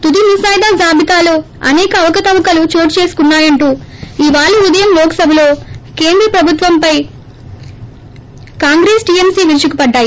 తుది ముసాయిదా జాబితాలో అనేక అవకతవకలు చోటుచేసుకున్నా యంటూ ఇవాళ ఉదయం లోక్సభలో కేంద్ర ప్రభుత్వంపై కాంగ్రెస్ టీఎంసీ విరుచుకుపడ్లాయి